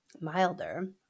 milder